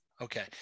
Okay